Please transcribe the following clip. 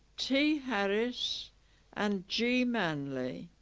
t harris and g manly